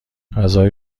غذای